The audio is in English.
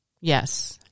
Yes